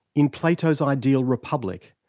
in plato's ideal republic,